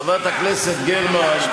חברת הכנסת גרמן,